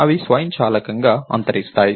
అవి స్వయంచాలకంగా అంతరిస్తాయి